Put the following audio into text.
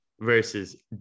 versus